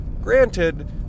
Granted